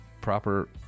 proper